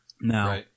Now